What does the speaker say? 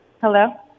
Hello